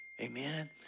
Amen